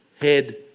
head